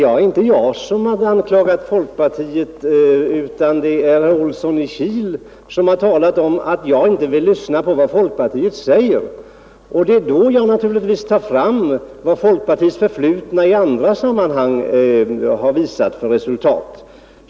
Herr talman! Jag har inte anklagat folkpartiet, men herr Olsson i Kil har sagt att jag inte vill lyssna på vad folkpartiet säger. Det är då naturligt att jag tar fram de resultat folkpartiet har åstadkommit i det förflutna.